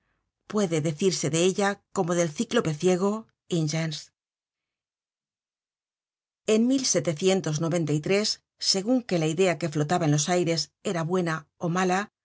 puede decirse de ella como del cíclope ciego ingens en segun que la idea que flotaba en los aires era buena ó mala